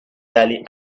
d’aller